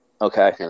Okay